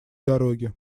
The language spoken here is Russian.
дороги